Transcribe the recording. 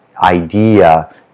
idea